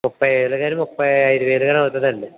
ముప్పై వేలుకాని ముప్పై ఐదు వేలుకాని అవతుందండి